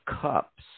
Cups